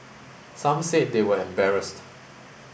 some said they were embarrassed